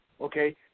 okay